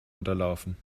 unterlaufen